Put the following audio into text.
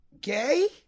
gay